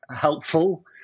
helpful